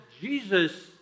Jesus